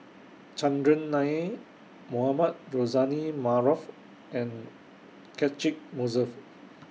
Chandran Nair Mohamed Rozani Maarof and Catchick Moses